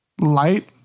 Light